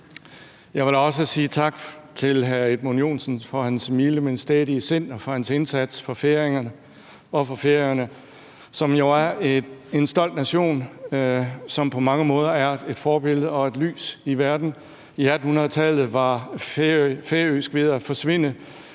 Jeg vil også sige tak til hr. Edmund Joensen for hans milde, men stædige sind og for hans indsats for færingerne og for Færøerne, som jo er en stolt nation, som på mange måder er et forbillede og et lys i verden. I 1800-tallet var færøsk ved at forsvinde;